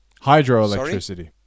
Hydroelectricity